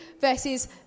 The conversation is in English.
versus